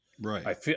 Right